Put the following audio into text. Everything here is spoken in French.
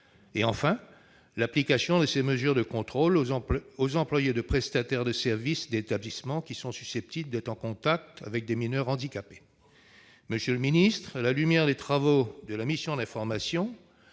; l'application de ces mesures de contrôle aux employés des prestataires de services des établissements susceptibles d'être en contact avec des mineurs handicapés. Monsieur le secrétaire d'État, à la lumière des travaux de la mission d'information,